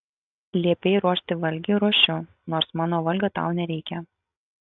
liepei ruošti valgį ruošiu nors mano valgio tau nereikia